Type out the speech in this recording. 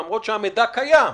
למרות שהמידע קיים.